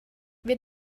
wir